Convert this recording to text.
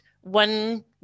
one